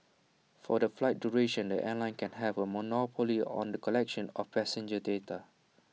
for the flight duration the airline can have A monopoly on the collection of passenger data